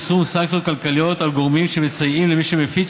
יישום סנקציות כלכליות על גורמים שמסייעים למי שמפיץ